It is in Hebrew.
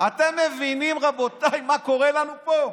אתם מבינים, רבותיי, מה קורה לנו פה?